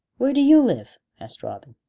where do you live? asked robin.